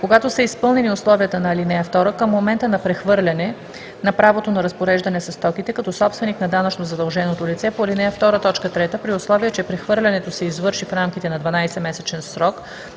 Когато са изпълнени условията на ал. 2, към момента на прехвърляне на правото за разпореждане със стоките като собственик на данъчно задълженото лице по ал. 2, т. 3, при условие че прехвърлянето се извърши в рамките на 12-месечен срок